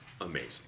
Amazing